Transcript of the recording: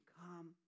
come